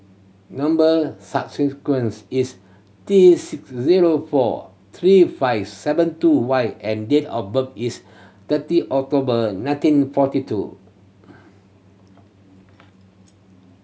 number sequence is T six zero four three five seven two Y and date of birth is thirty October nineteen forty two